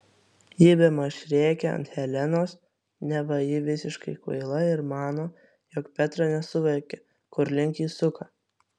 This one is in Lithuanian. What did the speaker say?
ji bemaž rėkia ant helenos neva ji visiškai kvaila ir mano jog petra nesuvokia kur link ji suka